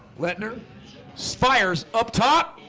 let nur spires up top,